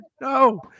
No